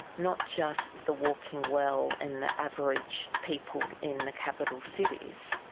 not just the walking well and the average people in the capital cities.